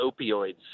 opioids